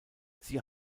sie